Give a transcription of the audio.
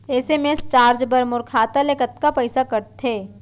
SMS charge बर मोर खाता ले कतका पइसा कटथे?